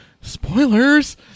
spoilers